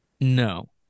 No